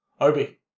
Obi